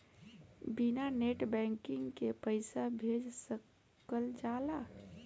बिना net banking के पईसा भेज सकल जाला?